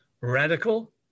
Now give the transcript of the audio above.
radical